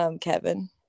Kevin